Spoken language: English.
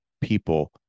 people